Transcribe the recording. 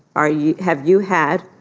are you. have you had.